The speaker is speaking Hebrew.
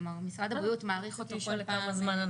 כלומר משרד הבריאות מאריך אותו כל פעם ל